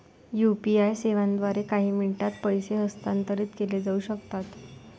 UPI सेवांद्वारे काही मिनिटांत पैसे हस्तांतरित केले जाऊ शकतात